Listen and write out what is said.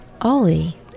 ollie